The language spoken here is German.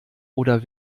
oder